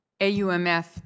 AUMF